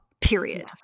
period